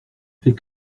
fais